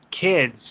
kids